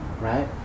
Right